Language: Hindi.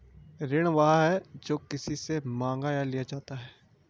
ऋण वह है, जो किसी से माँगा या लिया जाता है